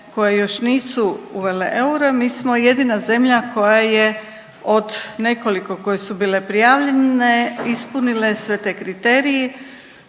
koje još nisu uvele euro, mi smo jedina zemlja koja je od nekoliko koje su bile prijavljene ispunile sve te kriterije